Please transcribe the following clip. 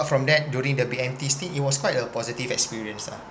from that during the B_M_T stint it was quite a positive experience lah